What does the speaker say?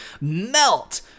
melt